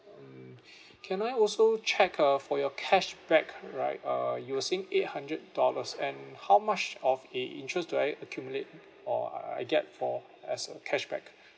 hmm can I also check uh for your cashback right uh you were saying eight hundred dollars and how much of a interest do I accumulate or I~ I get for as a cashback